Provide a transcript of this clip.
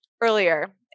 earlier